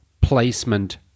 placement